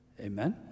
Amen